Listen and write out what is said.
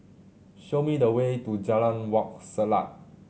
show me the way to Jalan Wak Selat